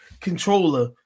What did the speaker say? controller